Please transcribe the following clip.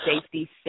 safety